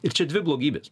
ir čia dvi blogybės